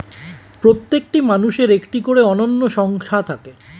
প্রত্যেকটি মানুষের একটা করে অনন্য সংখ্যা থাকে